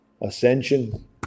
ascension